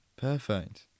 Perfect